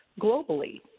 globally